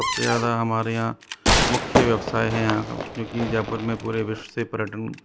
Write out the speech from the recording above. सबसे ज़्यादा हमारे यहाँ मुख्य व्यवसाय है यहाँ क्योंकि जयपुर में पूरे विश्व से पर्यटन